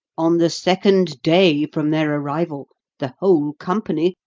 on the second day from their arrival, the whole company,